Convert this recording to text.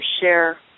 share